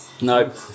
nope